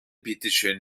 bitteschön